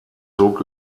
zog